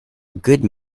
good